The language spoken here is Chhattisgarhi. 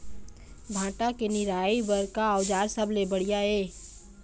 भांटा के निराई बर का औजार सबले बढ़िया ये?